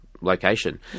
location